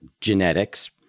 genetics